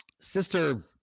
sister